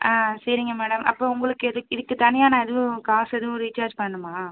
ஆ சரிங்க மேடம் அப்போ உங்களுக்கு எது இதுக்கு தனியாக நான் எதுவும் காசு எதுவும் ரீச்சார்ஜ் பண்ணனுமா